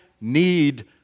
need